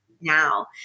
now